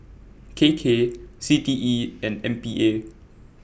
K K C T E and M P A